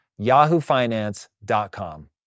yahoofinance.com